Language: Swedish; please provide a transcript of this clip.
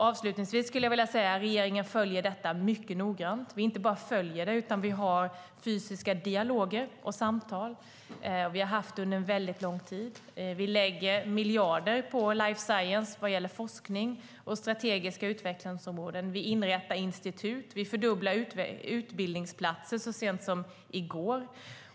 Avslutningsvis skulle jag vilja säga att regeringen följer detta mycket noggrant, och vi inte bara följer det utan vi för också, och har under lång tid fört, fysiska dialoger. Vi lägger miljarder på life science vad gäller forskning och strategiska utvecklingsområden. Vi inrättar institut. Vi fördubblade antalet utbildningsplatser så sent som i går.